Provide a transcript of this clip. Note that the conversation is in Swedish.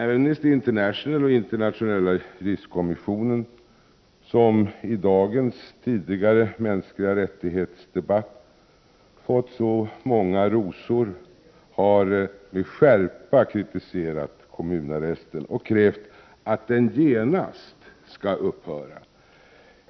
Amnesty International och Internationella juristkommissionen, som i dagens debatt om de mänskliga rättigheterna fått så många rosor, har med skärpa kritiserat kommunarresten och krävt att den genast skall upphöra.